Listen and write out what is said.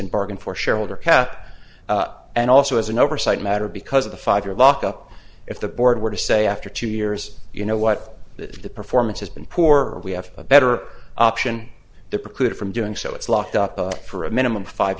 and bargain for shareholder cap and also as an oversight matter because of the five year lock up if the board were to say after two years you know what the performance has been poor or we have a better option to preclude it from doing so it's locked up for a minimum five